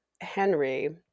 Henry